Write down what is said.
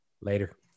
Later